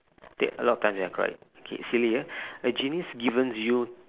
take a lot of time ya correct K silly ah genie is given to you